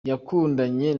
yakundanye